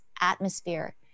atmosphere